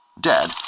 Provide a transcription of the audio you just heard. Dead